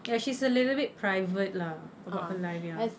ya she's a little bit private lah about her life ya